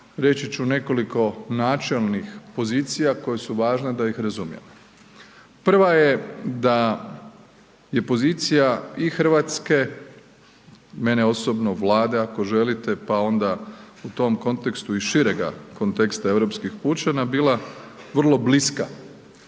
reći ću nekoliko načelnih pozicija koje su važne da ih razumijemo. Prva je da je pozicija i RH, mene osobno, Vlade ako želite, pa onda u tom kontekstu iz širega konteksta europskih pučana bila vrlo bliska